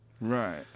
Right